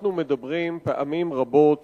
אנחנו מדברים פעמים רבות